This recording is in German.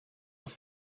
auf